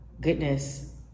goodness